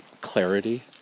clarity